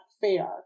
fair